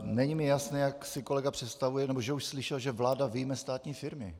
Není mi jasné, jak si kolega představuje, nebo že už slyšel, že vláda vyjme státní firmy.